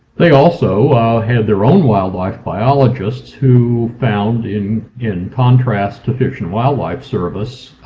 they also had their own wildlife biologists who found, in in contrast to fish and wildlife service,